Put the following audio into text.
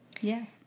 Yes